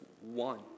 one